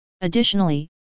Additionally